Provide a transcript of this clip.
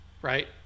right